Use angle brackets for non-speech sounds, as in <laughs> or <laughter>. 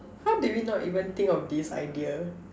how did we not even think of this idea <laughs>